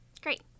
Great